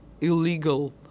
illegal